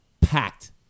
packed